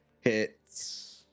hits